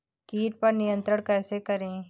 कीट पर नियंत्रण कैसे करें?